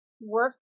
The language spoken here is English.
work